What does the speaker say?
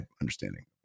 understanding